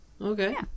okay